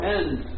end